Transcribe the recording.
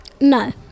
No